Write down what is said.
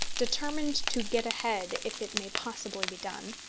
determined to get ahead if it may possibly be done,